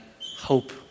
hope